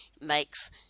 makes